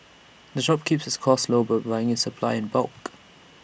the shop keeps its costs low by buying its supplies in bulk